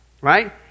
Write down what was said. Right